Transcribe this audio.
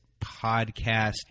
podcast